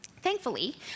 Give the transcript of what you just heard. Thankfully